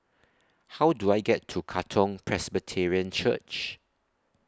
How Do I get to Katong Presbyterian Church